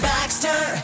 Baxter